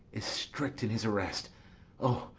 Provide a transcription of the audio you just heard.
is strict in his arrest o,